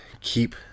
keep